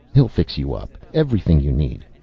he'll fix you up. everything you need.